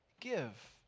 give